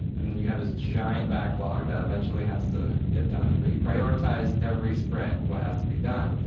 and and you have this giant backlog that eventually has to get done. but you prioritize every sprint, what has to be done.